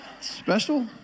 special